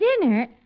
dinner